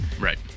Right